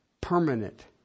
permanent